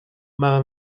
maar